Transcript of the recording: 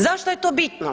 Zašto je to bitno?